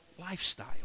lifestyle